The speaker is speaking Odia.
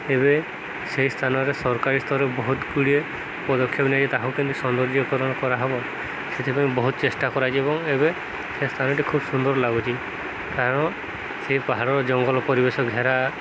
ଏବେ ସେଇ ସ୍ଥାନରେ ସରକାରୀ ସ୍ତର ବହୁତଗୁଡ଼ିଏ ପଦକ୍ଷେପ ନେଇ ତାହାକୁ କେମିତି ସୌନ୍ଦର୍ଯ୍ୟକରଣ କରାହେବ ସେଥିପାଇଁ ବହୁତ ଚେଷ୍ଟା କରାଯିବ ଏବଂ ଏବେ ସେ ସ୍ଥାନଟି ଖୁବ ସୁନ୍ଦର ଲାଗୁଛି କାରଣ ସେ ପାହାଡ଼ର ଜଙ୍ଗଲ ପରିବେଶ ଘେରା